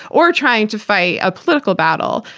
or trying to fight a political battle,